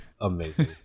Amazing